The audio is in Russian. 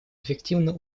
эффективно